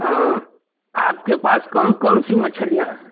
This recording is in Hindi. हाँ आपके पास कौन कौनसी मछलियाँ हैं